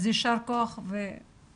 אז יישר כח ותמשיכו.